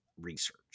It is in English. research